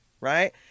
right